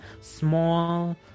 small